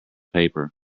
paper